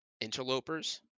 interlopers